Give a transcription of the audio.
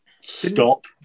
stop